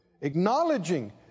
Acknowledging